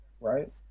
right